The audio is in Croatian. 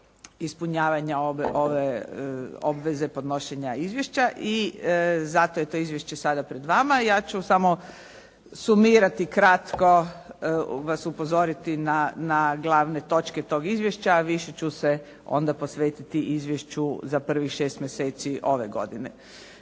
ispunjavanja ove obveze podnošenja izvješća i zato je to izvješće sada pred nama i ja ću samo sumirati kratko vas upozoriti na glavne točke tog izvješća. Više ću se onda posvetiti izvješću za prvih šest mjeseci ove godine.